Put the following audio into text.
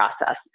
process